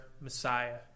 Messiah